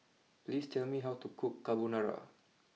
please tell me how to cook Carbonara